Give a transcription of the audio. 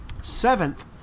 seventh